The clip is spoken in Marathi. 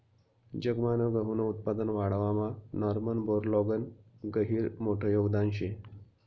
जगमान गहूनं उत्पादन वाढावामा नॉर्मन बोरलॉगनं गहिरं मोठं योगदान शे